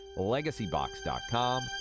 LegacyBox.com